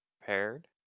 prepared